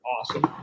awesome